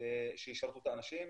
שישרתו את האנשים.